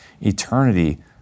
Eternity